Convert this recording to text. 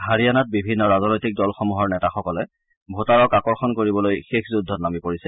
হাৰিয়ানাত বিভিন্ন ৰাজনৈতিক দলসমূহৰ নেতাসকলে ভোটাৰক আকৰ্ষণ কৰিবলৈ শেষ যুদ্ধত নামি পৰিছে